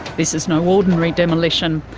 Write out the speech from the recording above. this is no ordinary demolition.